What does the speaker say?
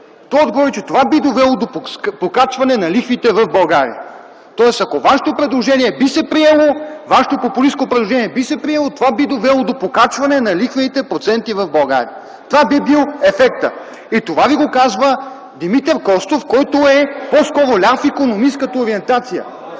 той отговори следното нещо: това би довело до покачване на лихвите в България. Тоест, ако вашето популистко предложение би се приело, това би довело до покачване на лихвените проценти в България. Това би бил ефектът. И това го казва Димитър Костов, който е по-скоро ляв икономист, като ориентация.